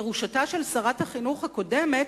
ירושתה של שרת החינוך הקודמת,